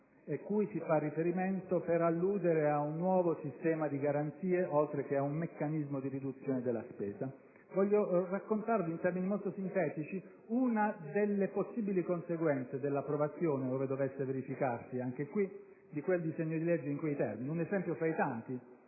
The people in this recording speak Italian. cui si fa riferimento per alludere a un nuovo sistema di garanzie, oltre che a un meccanismo di riduzione della spesa. Vorrei raccontare in termini molto sintetici una delle possibili conseguenze dell'approvazione, ove dovesse verificarsi anche qui, di quel disegno di legge in quei termini, un esempio tra i tanti